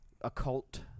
occult